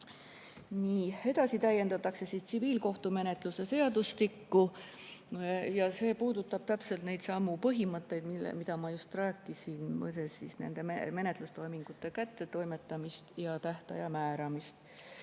Edasi täiendatakse tsiviilkohtumenetluse seadustikku. See puudutab täpselt neidsamu põhimõtteid, millest ma just rääkisin, nende menetlustoimingute kättetoimetamist ja tähtaja määramist.